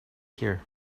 here